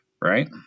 Right